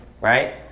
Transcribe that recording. right